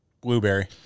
Blueberry